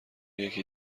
یکی